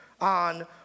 on